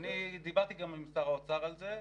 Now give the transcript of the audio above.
אני דיברתי גם עם שר האוצר על זה.